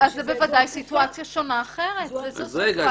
אז זאת בוודאי סיטואציה אחרת שונה.